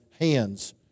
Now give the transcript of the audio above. hands